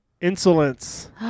Insolence